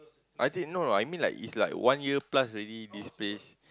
I think no no I mean like it's like one year plus already this place